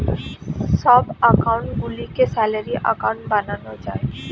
সব অ্যাকাউন্ট গুলিকে salary account বানানো যায়